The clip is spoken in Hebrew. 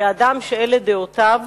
שאדם שאלה דעותיו